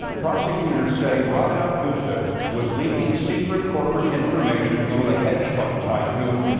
prosecutors say rajat gupta was leaking secret corporate information to ah hedge fund tycoon.